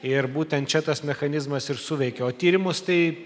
ir būtent čia tas mechanizmas ir suveikė o tyrimus tai